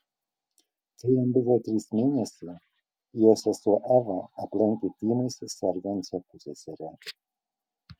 kai jam buvo trys mėnesiai jo sesuo eva aplankė tymais sergančią pusseserę